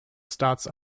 starts